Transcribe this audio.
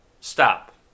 Stop